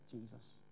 Jesus